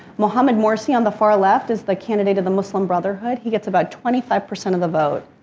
mohammed morsi, on the far left, is the candidate of the muslim brotherhood. he gets about twenty five percent of the vote.